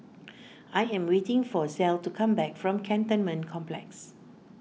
I am waiting for Clell to come back from Cantonment Complex